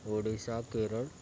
Odisha Kerala